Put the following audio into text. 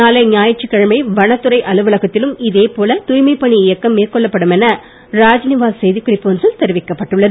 நாளை ஞாயிற்றுகிழமை வனத்துறை அலுலவகத்திலும் இதே போல தூய்மைப் பணி இயக்கம் மேற்கொள்ளப்படும் என ராஜ்நிவாஸ் செய்திக் குறிப்பு ஒன்றில் தெரிவிக்கப்பட்டு உள்ளது